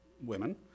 women